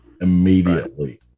immediately